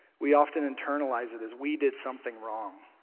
we often internalize it as we did something wrong